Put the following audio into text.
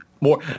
more